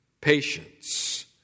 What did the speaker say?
Patience